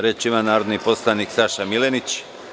Reč ima narodni poslanik Saša Milenić.